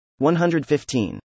115